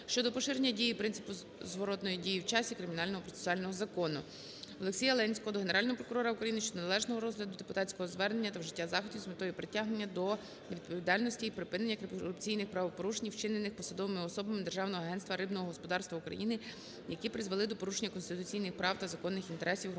щодо поширення дії принципу зворотної дії в часі кримінального процесуального закону. Олексія Ленського до Генерального прокурора України щодо неналежного розгляду депутатського звернення та вжиття заходів з метою притягнення до відповідальності й припинення корупційних правопорушень, вчинених посадовими особами Державного агентства рибного господарства України, які призвели до порушень конституційних прав та законних інтересів громадянина